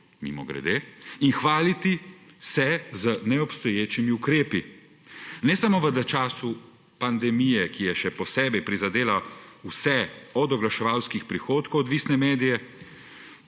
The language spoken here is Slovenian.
mimogrede, in se hvaliti z neobstoječimi ukrepi, ne samo v času pandemije, ki je še posebej prizadela vse od oglaševalskih prihodkov odvisne medije,